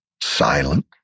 silent